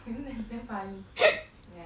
you know it's damn funny